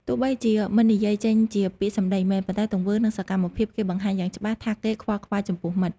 ទោះបីជាមិននិយាយចេញជាពាក្យសម្ដីមែន ប៉ុន្តែទង្វើ និងសកម្មភាពគេបង្ហាញយ៉ាងច្បាស់ថាគេខ្វល់ខ្វាយចំពោះមិត្ត។